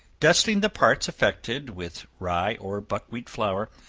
dusting the parts affected, with rye or buckwheat flour,